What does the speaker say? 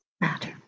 matter